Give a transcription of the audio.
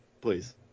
please